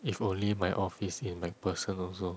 if only my office in macpherson also